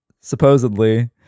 Supposedly